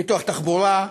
פיתוח תחבורה,